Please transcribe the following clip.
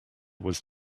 was